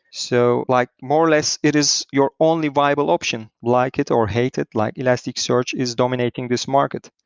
so like more or less it is your only viable option, like it or hate it, like elasticsearch is dominating this market.